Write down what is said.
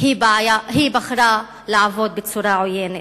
היא בחרה לעבוד בצורה עוינת,